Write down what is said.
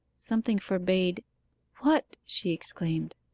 something forbade what? she exclaimed.